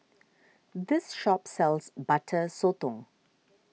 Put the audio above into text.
this shop sells Butter Sotong